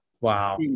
Wow